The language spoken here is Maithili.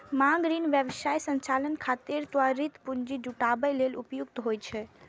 मांग ऋण व्यवसाय संचालन खातिर त्वरित पूंजी जुटाबै लेल उपयुक्त होइ छै